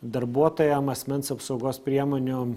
darbuotojam asmens apsaugos priemonių